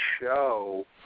show